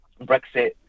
Brexit